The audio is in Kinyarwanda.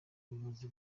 ubuyobozi